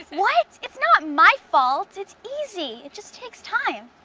what? it's not my fault. it's easy. it just takes time.